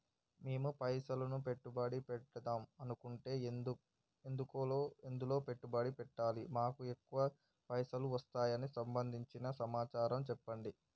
మేము పైసలు పెట్టుబడి పెడదాం అనుకుంటే ఎందులో పెట్టుబడి పెడితే మాకు ఎక్కువ పైసలు వస్తాయి సంబంధించిన సమాచారం చెప్పండి?